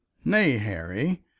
nay, harry,